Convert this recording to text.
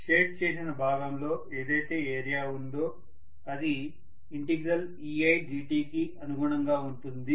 shade చేసిన భాగంలో ఏదైతే ఏరియా ఉందో అది ei dt కి అనుగుణంగా ఉంటుంది